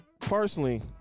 personally